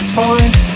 point